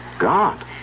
God